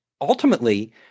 ultimately